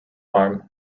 arm